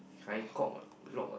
Kai-Kok ah Lok ah